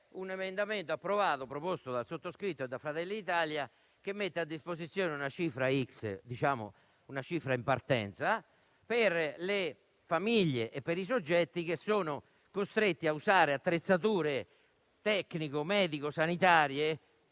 un emendamento approvato, proposto dal sottoscritto e da Fratelli d'Italia, che mette a disposizione una certa cifra in partenza per le famiglie e i soggetti costretti a usare attrezzature tecnico-medico-sanitarie,